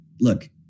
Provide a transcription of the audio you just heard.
look